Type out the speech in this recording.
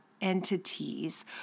entities